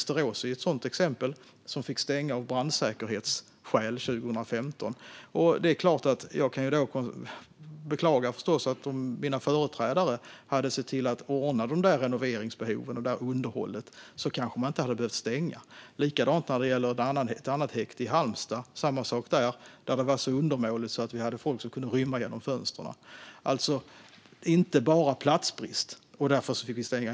Ett sådant exempel är Västerås, som fick stänga av brandsäkerhetsskäl 2015. Om mina företrädare hade sett till att möta renoveringsbehoven och underhållet hade man kanske inte behövt stänga. Det var samma sak med ett häkte i Halmstad, där det var så undermåligt att folk kunde rymma genom fönstren. Därför fick de också stänga.